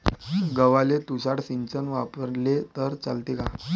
गव्हाले तुषार सिंचन वापरले तर चालते का?